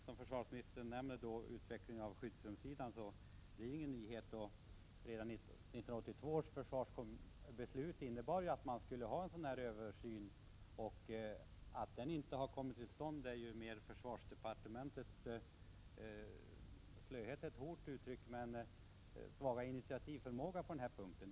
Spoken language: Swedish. Vad försvarsministern sade om utvecklingen beträffande skyddsrummen var ingen nyhet. Redan 1982 års försvarsbeslut innebar ju att det skulle göras en översyn. Att översynen inte har kommit till stånd beror ju på försvarsdepartementets svaga initiativförmåga på den punkten.